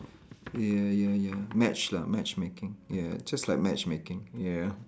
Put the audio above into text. ya ya ya match lah matchmaking ya just like matchmaking ya